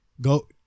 Go